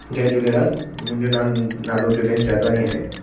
जय झूलेलाल मुंहिंजो नाल नालो दिनेश जादवानी आहे